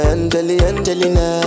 Angelina